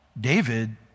David